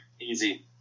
easy